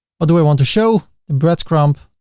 what do we want to show? the breadcrumb,